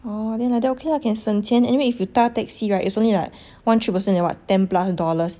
oh then like that okay ah can 省钱 anyway if you taxi right it's only right one trip is like what ten plus dollars